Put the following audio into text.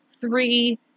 three